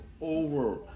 over